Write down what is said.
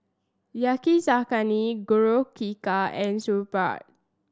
Yakizakana Korokke and Sauerkraut